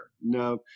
No